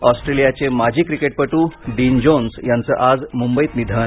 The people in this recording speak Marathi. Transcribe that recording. ऑस्ट्रेलियाचे माजी क्रिकेटपटू डीन जोन्स यांचं आज मुंबईत निधन